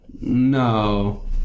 no